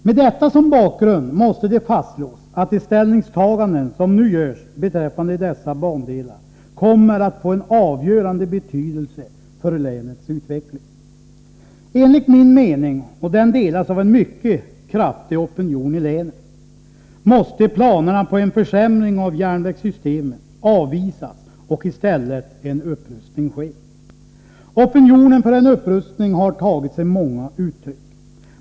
Med detta som bakgrund måste det fastslås att de ställningstaganden som nu görs beträffande dessa bandelar kommer att få en avgörande betydelse för länets utveckling. Enligt min mening — och den delas av en mycket kraftig opinion i länet — måste planerna på en försämring av järnvägssystemet avvisas och i stället en upprustning ske. Opinionen för en upprustning har tagit sig många uttryck.